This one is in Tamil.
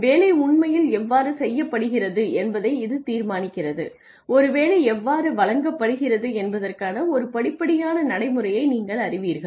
வேலை உண்மையில் எவ்வாறு செய்யப்படுகிறது என்பதை இது தீர்மானிக்கிறது ஒரு வேலை எவ்வாறு வழங்கப்படுகிறது என்பதற்கான ஒரு படிப்படியான நடைமுறையை நீங்கள் அறிவீர்கள்